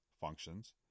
functions